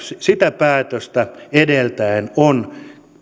sitä päätöstä edeltäen on